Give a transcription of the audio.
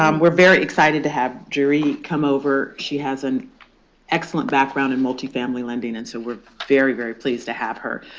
um we're very excited to have jeree come over. she has an excellent background in multifamily lending. and so we're very, very pleased to have her.